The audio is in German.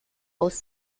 aus